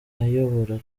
ayobora